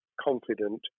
confident